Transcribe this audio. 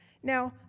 now,